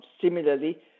similarly